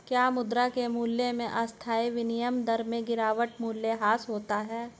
क्या मुद्रा के मूल्य में अस्थायी विनिमय दर में गिरावट मूल्यह्रास होता है?